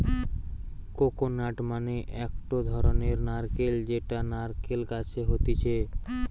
coconut মানে একটো ধরণের নারকেল যেটা নারকেল গাছে হতিছে